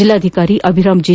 ಜಿಲ್ಲಾಧಿಕಾರಿ ಅಭಿರಾಮ್ ಜಿ